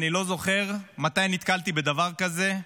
אני לא זוכר מתי נתקלתי בדבר כזה.